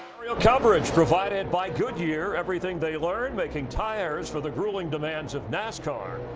coverage provided by goodyear. everything they learned, making tires for the grueling commands of nascar.